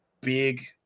big